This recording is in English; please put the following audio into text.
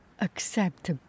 accept